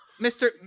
Mr